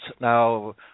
Now